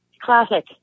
classic